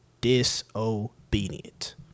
disobedient